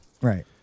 right